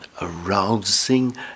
arousing